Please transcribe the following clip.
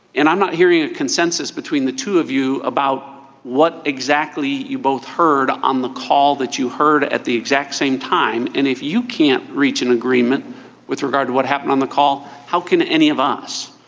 and i'm not hearing a consensus between the two of you about what exactly you both heard on the call that you heard at the exact same time. and if you can't reach an agreement with regard to what happened on the call. how can any of us